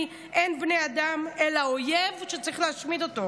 אין בני אדם אלא אויב שצריך להשמיד אותו.